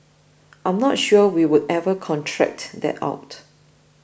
I am not sure we would ever contract that out